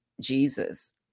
Jesus